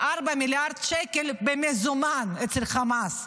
4 מיליארד שקל במזומן אצל חמאס,